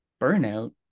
burnout